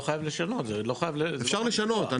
לא חייב לשנות -- אפשר לשנות,